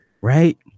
Right